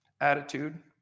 attitude